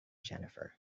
jennifer